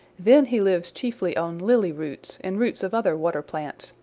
then he lives chiefly on lily roots and roots of other water plants,